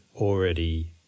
already